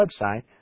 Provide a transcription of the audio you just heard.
website